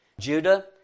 Judah